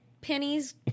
pennies